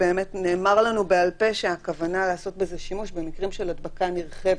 נאמר לנו בעל פה שהכוונה לעשות בזה שימוש במקרים של הדבקה נרחבת,